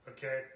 Okay